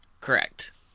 Correct